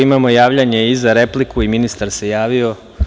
Imamo javljanje i za repliku i ministar se javio.